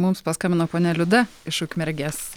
mums paskambino ponia liuda iš ukmergės